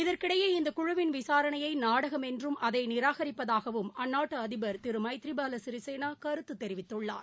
இதற்கிடையே இந்தகுழுவின் விசாரணையைநாடகம அதைநிராகரிப்பதாகவும் அந்நாட்டுஅதிபர் திருமைதிரிபாலசிறிசேனாகருத்துதெரிவித்துள்ளார்